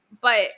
But-